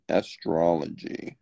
astrology